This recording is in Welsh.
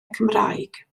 cymraeg